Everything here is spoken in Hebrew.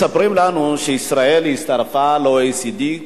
מספרים לנו שישראל הצטרפה ל-OECD,